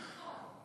נכון,